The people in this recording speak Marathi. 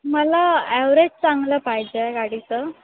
मला ॲव्हरेज चांगलं पाहिजे आहे गाडीचं